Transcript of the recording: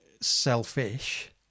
selfish